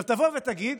עכשיו תבוא ותגיד: